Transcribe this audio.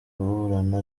kuburana